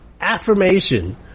affirmation